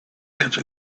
catch